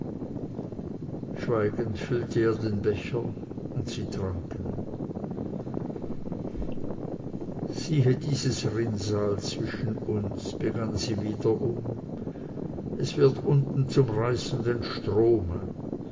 den becher und sie tranken siehe dieses rinnsal zwischen uns begann sie wiederum es wird unten zum reißenden strome